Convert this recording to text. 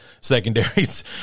secondaries